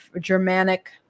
Germanic